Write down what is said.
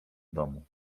domu